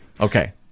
Okay